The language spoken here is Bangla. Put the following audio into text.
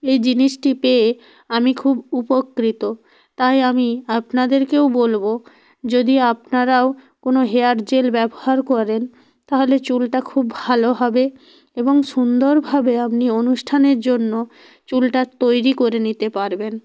এই জিনিসটি পেয়ে আমি খুব উপকৃত তাই আমি আপনাদেরকেও বলব যদি আপনারাও কোনো হেয়ার জেল ব্যবহার করেন তাহলে চুলটা খুব ভালো হবে এবং সুন্দরভাবে আপনি অনুষ্ঠানের জন্য চুলটা তৈরি করে নিতে পারবেন